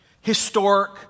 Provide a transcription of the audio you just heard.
historic